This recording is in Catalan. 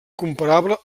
comparable